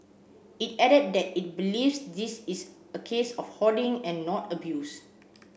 it added that it believes this is a case of hoarding and not abuse